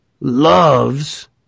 loves